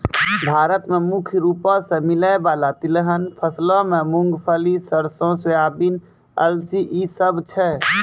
भारत मे मुख्य रूपो से मिलै बाला तिलहन फसलो मे मूंगफली, सरसो, सोयाबीन, अलसी इ सभ छै